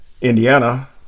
Indiana